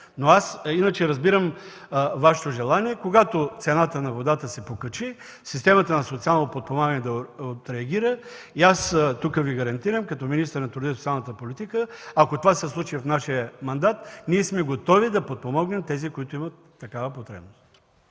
Иначе аз разбирам Вашето желание, когато цената на водата се покачи, системата на социално подпомагане да отреагира. Аз тук Ви гарантирам, че като министър на труда и социалната политика, ако това се случи в нашия мандат, ние сме готови да подпомогнем тези, които имат такава потребност.